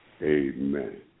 amen